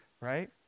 right